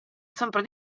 sempre